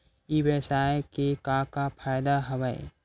ई व्यवसाय के का का फ़ायदा हवय?